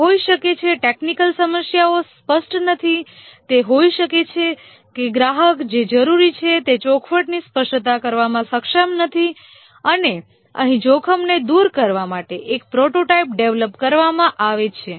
તે હોઈ શકે છે ટેકનિકલ સમસ્યાઓ સ્પષ્ટ નથી તે હોઈ શકે છે કે ગ્રાહક જે જરૂરી છે તે ચોખવટથી સ્પષ્ટ કરવામાં સક્ષમ નથી અને અહીં જોખમને દૂર કરવા માટે એક પ્રોટોટાઇપ ડેવલપ કરવામાં આવે છે